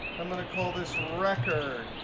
i'm going to call this record.